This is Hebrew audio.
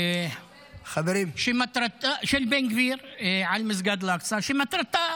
של בן גביר על מסגד אל-אקצא, שמטרתה